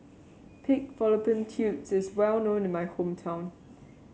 Pig Fallopian Tubes is well known in my hometown